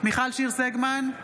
מיכל שיר סגמן,